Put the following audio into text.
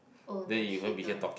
owner she the